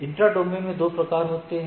intra domain में दो प्रकार होते हैं